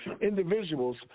individuals